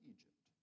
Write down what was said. Egypt